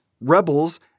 Rebels